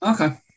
Okay